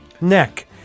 neck